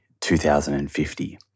2050